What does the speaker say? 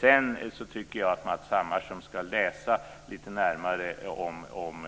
Sedan tycker jag att Matz Hammarström ska läsa lite närmare om